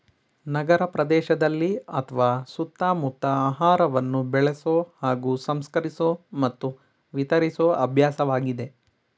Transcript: ನಗರಪ್ರದೇಶದಲ್ಲಿ ಅತ್ವ ಸುತ್ತಮುತ್ತ ಆಹಾರವನ್ನು ಬೆಳೆಸೊ ಹಾಗೂ ಸಂಸ್ಕರಿಸೊ ಮತ್ತು ವಿತರಿಸೊ ಅಭ್ಯಾಸವಾಗಿದೆ